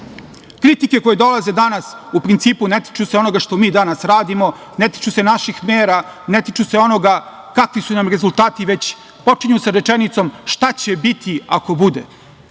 narod. Kritike koje dolaze danas u principu ne tiču se onoga što mi danas radimo, ne tiču se naših mera, ne tiču se onoga kakvi su na rezultati, već počinju sa rečenicom - šta će biti ako bude.